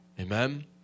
Amen